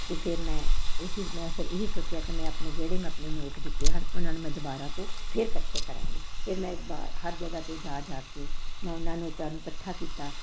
ਅਤੇ ਫਿਰ ਮੈਂ ਉਹ ਹੀ ਮੈਂ ਫਿਰ ਇਹ ਹੀ ਸੋਚਿਆ ਕਿ ਮੈਂ ਆਪਣੇ ਜਿਹੜੇ ਮੈਂ ਆਪਣੇ ਨੋਟ ਦਿੱਤੇ ਹੱਥ ਉਹਨਾਂ ਨੂੰ ਮੈਂ ਦੁਬਾਰਾ ਤੋਂ ਫਿਰ ਇਕੱਠੇ ਕਰਾਂਗੀ ਫਿਰ ਮੈਂ ਇਸ ਵਾਰ ਹਰ ਜਗ੍ਹਾ 'ਤੇ ਜਾ ਜਾ ਕੇ ਮੈਂ ਉਹਨਾਂ ਨੋਟਾਂ ਨੂੰ ਇਕੱਠਾ ਕੀਤਾ